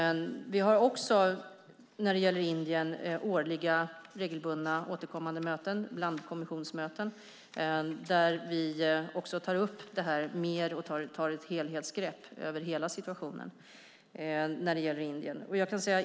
När det gäller Indien har vi årliga, regelbundet återkommande, möten - blandkommissionsmöten. Där tar vi mer upp sådant här och tar ett helhetsgrepp om hela situationen avseende Indien.